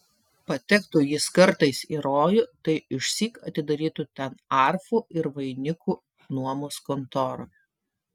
patektų jis kartais į rojų tai išsyk atidarytų ten arfų ir vainikų nuomos kontorą